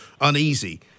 uneasy